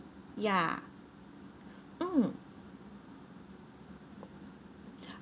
ya mm